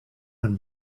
and